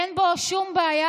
אין בו שום בעיה.